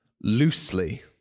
loosely